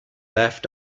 left